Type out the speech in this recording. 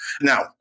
Now